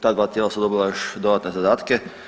Ta dva tijela su dobila još dodatne zadatke.